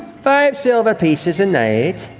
five silver pieces a night.